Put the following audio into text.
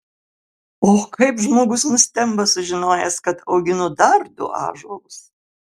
o kaip žmogus nustemba sužinojęs kad auginu dar du ąžuolus